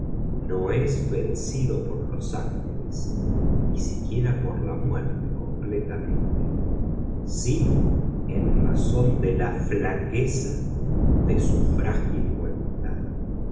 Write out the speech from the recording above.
no es vencido por los ángeles ni siquiera por la muerte completamente sino en razón de la flaqueza de su frágil voluntad